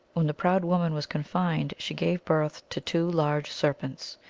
when the proud woman was confined, she gave birth to two large serpents.